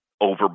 over